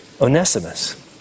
Onesimus